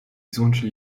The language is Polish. złączyli